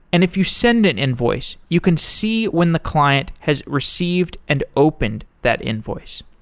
and if you send an invoice, you can see when the client has received and opened that invoice.